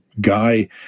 guy